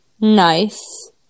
nice